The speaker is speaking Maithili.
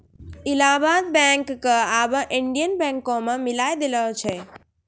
इलाहाबाद बैंक क आबै इंडियन बैंको मे मिलाय देलो गेलै